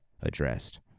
addressed